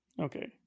Okay